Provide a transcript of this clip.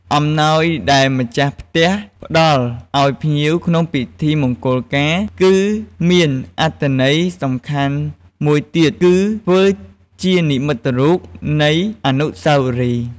អំណោយដែលម្ចាស់ផ្ទះផ្តល់ឲ្យភ្ញៀវក្នុងពិធីមង្គលការ គឺមានអត្ថន័យសំខាន់មួយទៀត គឺធ្វើជានិមិត្តរូបនៃអនុស្សាវរីយ៍។